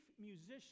musician